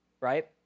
Right